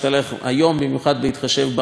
במיוחד בהתחשב במחירי הגז,